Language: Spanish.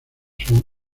son